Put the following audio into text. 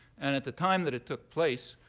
and at the time that it took place,